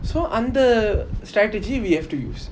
so அந்த:antha strategy we have to use